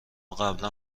قبلا